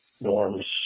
norms